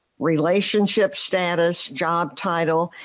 relationship status, job title.